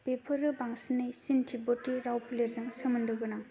बेफोरो बांसिनै चिन तिब्बेतान राव फोलेरजों सोमोन्दोगोनां